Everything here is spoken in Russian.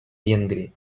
венгрии